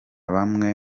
bamwe